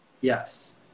Yes